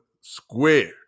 square